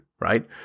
right